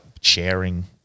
sharing